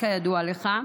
כידוע לך,